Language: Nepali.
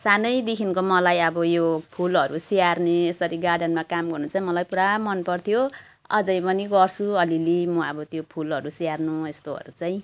सानैदेखिको मलाई अब यो फुलहरू स्याहार्ने अब यसरी गार्डेनमा काम गर्नु चाहिँ मलाई पुरा मनपर्थ्यो अझै पनि गर्छु अलिअलि म अब त्यो फुलहरू स्याहार्नु यस्तोहरू चाहिँ